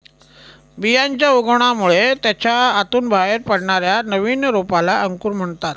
बियांच्या उगवणामुळे त्याच्या आतून बाहेर पडणाऱ्या नवीन रोपाला अंकुर म्हणतात